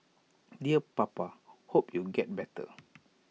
dear papa hope you get better